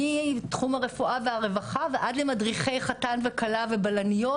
מתחום הרפואה והרווחה ועד למדריכי חתן וכלה ובלניות,